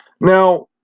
now